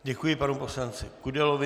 Děkuji panu poslanci Kudelovi.